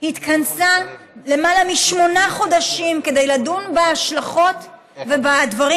התכנסה למעלה משמונה חודשים כדי לדון בהשלכות ובדברים